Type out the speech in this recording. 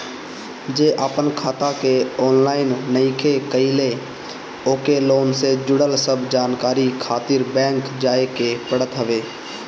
जे आपन खाता के ऑनलाइन नइखे कईले ओके लोन से जुड़ल सब जानकारी खातिर बैंक जाए के पड़त हवे